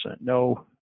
no